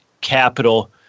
capital